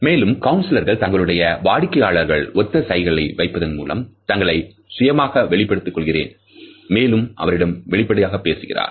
மேலும் கவுன்சிலர்கள் தங்களுடைய வாடிக்கையாளர்கள ஒத்த சைகையை வைப்பதன் மூலம் தங்களை சுயமாக வெளிப்படுத்திக் கொள்கின்றன மேலும் அவரிடம் வெளிப்படையாக பேசுகின்றனர்